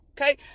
Okay